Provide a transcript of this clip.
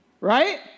Right